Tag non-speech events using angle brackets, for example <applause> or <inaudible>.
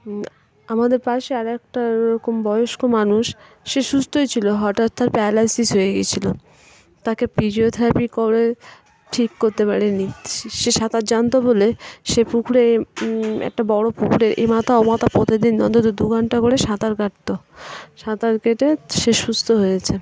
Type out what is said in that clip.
আমাদের পাশে <unintelligible> একটা রকম বয়স্ক মানুষ সে সুস্থই ছিলো হঠাৎ তার প্যারালাইসিস হয়ে গিয়েছিলো তাকে ফিজিওথেরাপি করে ঠিক করতে পারেন সে সাঁতার জানতো বলে সে পুকুরে একটা বড়ো পুকুরে এ মাথা ও মাথা প্রতিদিন অন্তত দু ঘণ্টা করে সাঁতার কাটতো সাঁতার কেটে সে সুস্থ হয়েছে